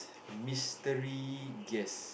mystery guest